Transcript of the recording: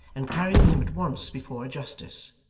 and carrying him at once before a justice.